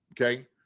okay